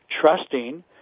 trusting